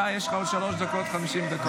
אתה, יש לך עוד 3:50 דקות.